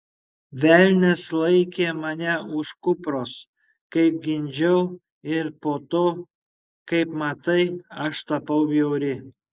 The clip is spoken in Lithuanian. velnias laikė mane už kupros kai gimdžiau ir po to kaip matai aš tapau bjauri